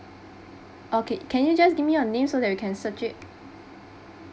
okay can you just give me your name so that we can search it